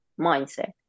mindset